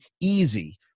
easy